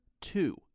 two